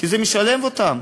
כי זה משלב אותם.